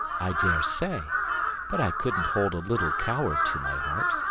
i daresay but i couldn't hold a little coward to my heart.